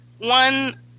one